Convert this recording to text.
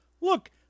look